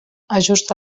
ajusta